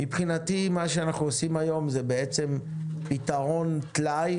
מבחינתי מה שאנחנו עושים היום זה פתרון טלאי,